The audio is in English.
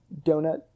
donut